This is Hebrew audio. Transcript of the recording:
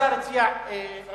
השר הציע ועדה.